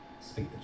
Speak